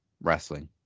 wrestling